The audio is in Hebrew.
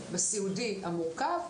ההשקעה היום לוקח 28 שנים.